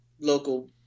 local